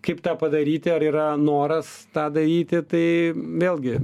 kaip tą padaryti ar yra noras tą daryti tai vėlgi